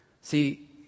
See